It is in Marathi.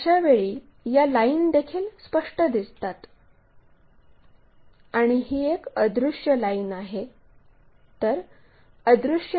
अशावेळी या लाईन देखील स्पष्ट दिसतात आणि ही एक अदृश्य लाईन आहे